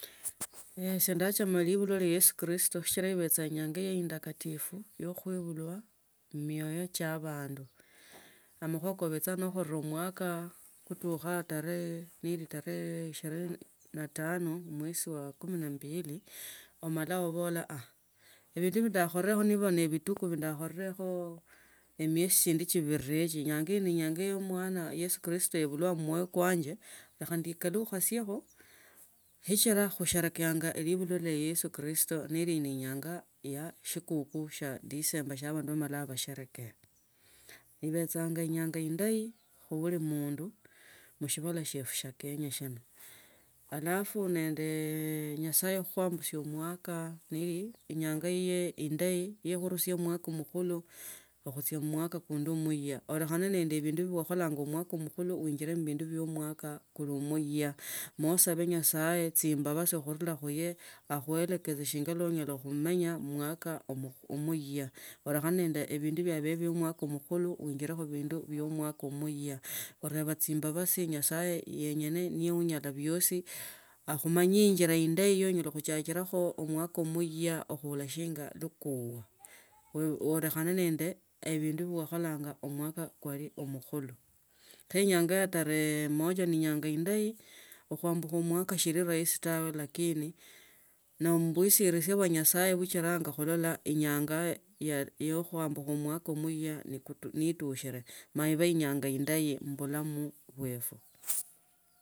Ise ndachama libulwa lya yesu kristu sichila ibechanga inyanga ya indakatifu ya khuibulwa mmioyo chia abandu amakhuwa ko obecha no khotile khumiaka kutukha tarehe isbirini na tano mwesi wa kumi na mbili omala ubula aah obindu bia ndakholole niba ni bituko ndakholekho eniesi chindi. Chibirire nenyanga eno enyanga ono ne enyanga ya omwana yesu kristo yebulwa mmoyo kwanje lechanda ekalusiekho sichira khusherekea libulwa ya yesu kristo niba ninyanga ya shikuku shya disemba shinga abandu banyaka basherekea shiefwe shyo kenya shino alafu nende nyasaye khukhumbusia mwaka neli inyanga yiye indayi yekhurusia omwaka mukhula okhuchia khumwaka khundi umuiya olekhane nende bindu obukalanga mwaka omathulundu uinjire khubindu omwaka kuli omwiya no sabe nyasaye akhwe chibambasj khunila khuye akhumwelekeza shinga enyala khumenya khumwaka omwira olekhane nende ebindu bia omwaka omukhulu uingie khu bindu bia omwaka umuiya oreba chibambasi nyasaye wenyene onyala biosi akhumanyinge injira indayi ye onyola khuchakilacho omwaka muya khuda shinga takuuwa, kho ulokhanr nende ebindu bia wakholanga omwaka kwali omukhuli khu enyanga ya tarehe moja.